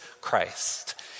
Christ